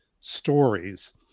stories